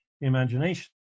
imagination